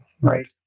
right